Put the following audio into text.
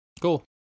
Cool